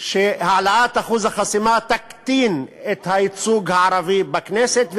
שהעלאת אחוז החסימה תקטין את הייצוג הערבי בכנסת,